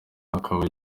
akaba